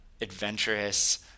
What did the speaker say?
adventurous